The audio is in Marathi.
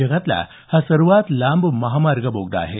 जगातला हा सर्वात लांब महामार्ग बोगदा आहे